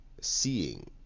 seeing